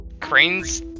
Crane's